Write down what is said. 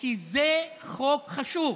כי זה חוק חשוב,